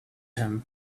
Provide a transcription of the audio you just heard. him